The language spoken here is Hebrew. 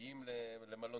מודיעים גם לכם,